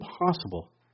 impossible